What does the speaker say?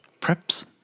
preps